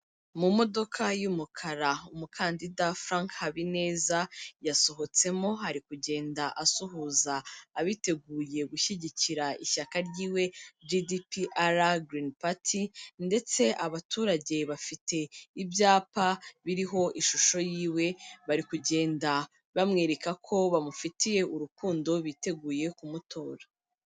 Mu modoka y'umukara, umukandida Frank Habineza, yasohotsemo ari kugenda asuhuza abiteguye gushyigikira ishyaka ryiwe GDPR girini pati, ndetse abaturage bafite ibyapa biriho ishusho yiwe, bari kugenda bamwereka ko bamufitiye urukundo, biteguye kumutora.